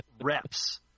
reps